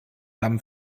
dam